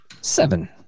Seven